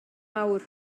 awr